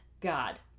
God